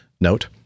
note